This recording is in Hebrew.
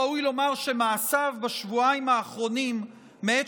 ראוי לומר שמעשיו בשבועיים האחרונים מעת